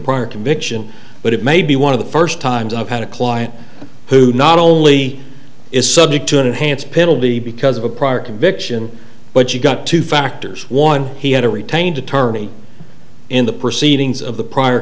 prior conviction but it may be one of the first times i've had a client who not only is subject to an enhanced penalty because of a prior conviction but you've got two factors one he had a retained attorney in the proceedings of the prior